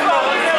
את הקואליציה,